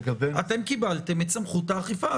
אתם קיבלתם את סמכות האכיפה,